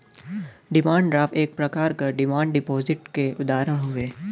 demand draft एक प्रकार क डिमांड डिपाजिट क उदाहरण हउवे